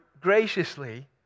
graciously